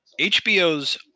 HBO's